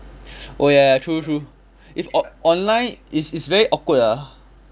oh ya ya true true if o~ online it's it's very awkward ah